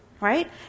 right